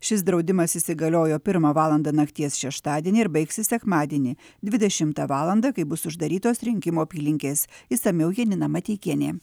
šis draudimas įsigaliojo pirmą valandą nakties šeštadienį ir baigsis sekmadienį dvidešimtą valandą kai bus uždarytos rinkimų apylinkės išsamiau janina mateikienė